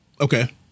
Okay